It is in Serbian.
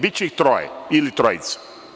Biće ih troje ili trojica.